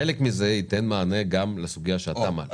חלק מזה ייתן מענה גם לסוגיה שאתה מעלה.